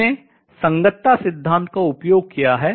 हमने संगतता सिद्धांत का उपयोग किया है